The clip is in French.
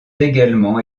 également